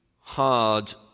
hard